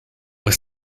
was